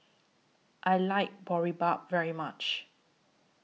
I like Boribap very much